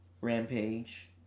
Rampage